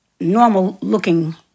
normal-looking